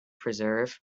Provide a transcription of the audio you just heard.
preserve